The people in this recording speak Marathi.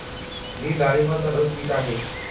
मी डाळिंबाचा रस पीत आहे